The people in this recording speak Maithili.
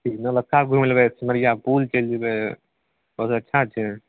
ठीक नौलक्खा घुमि लेबै सिमरिआ पूल चलि जेबै बहुत अच्छा छै